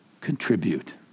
contribute